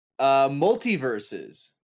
multiverses